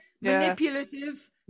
manipulative